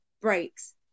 breaks